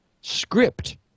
script